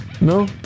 No